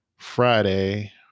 friday